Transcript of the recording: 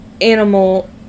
Animal